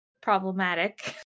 Problematic